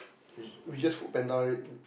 we we just Foodpanda it